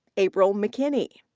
april mckinney.